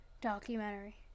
documentary